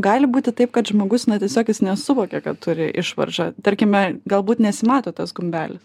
gali būti taip kad žmogus na tiesiog jis nesuvokia kad turi išvaržą tarkime galbūt nesimato tas gumbelis